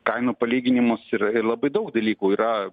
kainų palyginimas ir ir labai daug dalykų yra